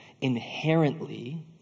Inherently